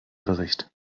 bericht